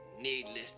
Needless